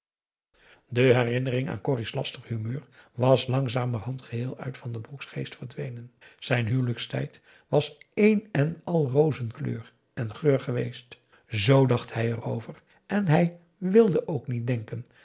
de herinnering aan corrie's lastig humeur was langzamerhand geheel uit van den broeks geest verdwenen zijn huwelijkstijd was één en al rozenkleur en geur geweest z dacht hij erover en hij wilde ook niet denken